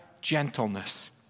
gentleness